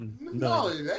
no